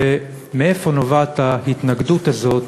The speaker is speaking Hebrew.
ומאיפה נובעת ההתנגדות הזאת,